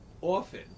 often